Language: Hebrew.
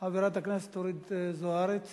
חברת הכנסת אורית זוארץ